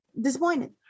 disappointed